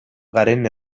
garen